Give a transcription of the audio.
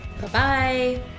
Bye-bye